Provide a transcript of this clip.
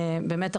באמת,